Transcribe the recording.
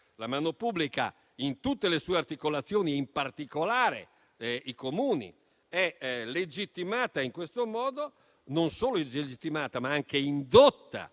La mano pubblica in tutte le sue articolazioni, in particolare nei Comuni, è in questo modo non solo legittimata, ma anche indotta